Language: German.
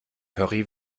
curry